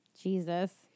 Jesus